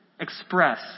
express